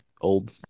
old